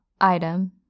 Item